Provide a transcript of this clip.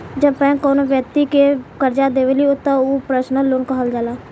जब बैंक कौनो बैक्ति के करजा देवेली त उ पर्सनल लोन कहल जाला